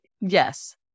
Yes